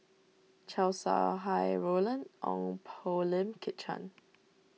Chow Sau Hai Roland Ong Poh Lim Kit Chan